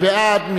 מי בעד?